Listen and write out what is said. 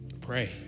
pray